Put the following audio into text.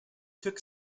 took